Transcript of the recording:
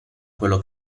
quello